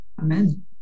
Amen